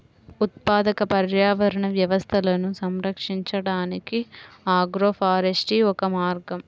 ఉత్పాదక పర్యావరణ వ్యవస్థలను సంరక్షించడానికి ఆగ్రోఫారెస్ట్రీ ఒక మార్గం